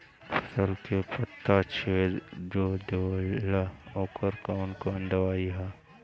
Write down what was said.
फसल के पत्ता छेद जो देवेला ओकर कवन दवाई ह?